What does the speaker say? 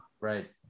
right